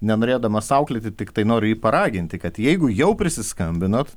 nenorėdamas auklėti tiktai noriu jį paraginti kad jeigu jau prisiskambinot